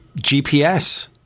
GPS